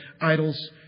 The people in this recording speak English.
idols